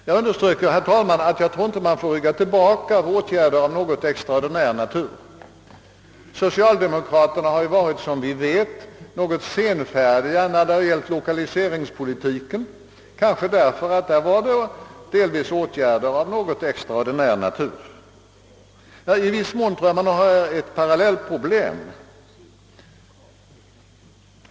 Jag underströk, herr talman, att vi inte får rygga tillbaka för vissa extraordinära åtgärder. Socialdemokraterna har, som vi vet, något senfärdigt föreslagit delvis extraordinära åtgärder när det gällt lokaliseringspolitiken. Jag tror att det här i viss mån rör sig om ett parallellproblem.